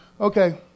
Okay